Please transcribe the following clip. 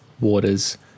waters